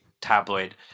tabloid